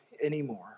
anymore